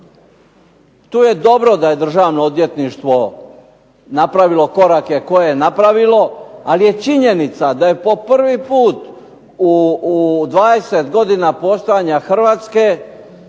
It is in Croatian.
tu je dobro da je Državno odvjetništvo napravilo korake koje je napravilo, ali je činjenica da je po prvi puta u 20 godina postojanja Hrvatske